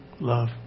love